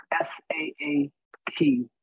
s-a-a-t